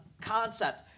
concept